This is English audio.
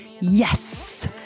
Yes